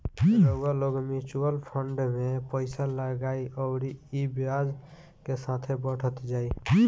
रउआ लोग mutual fund मे पइसा लगाई अउरी ई ब्याज के साथे बढ़त जाई